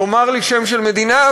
תאמר לי שם של מדינה,